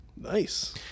Nice